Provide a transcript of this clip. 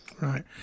right